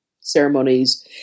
ceremonies